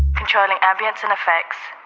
controlling ambience and fx,